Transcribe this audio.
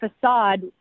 facade